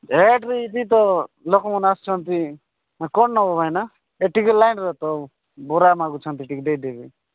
ଲେଟ୍ରେ ବି ତ ଲୋକମାନେ ଆସୁଛନ୍ତି କ'ଣ ନେବ ଭାଇନା ଏ ଟିକେ ଲାଇନ୍ରେ ତ ବରା ମାଗୁଛନ୍ତି ଟିକେ ଦେଇଦେବି